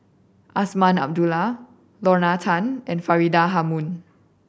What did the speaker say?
Azman Abdullah Lorna Tan and Faridah Hanum